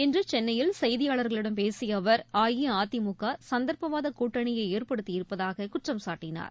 இன்று சென்னையில் செய்தியாளர்களிடம் பேசிய அவர் அஇஅதிமுக சந்தர்ப்பவாத கூட்டணியை ஏற்படுத்தியிருப்பதாக குற்றம் சாட்டினார்